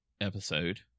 episode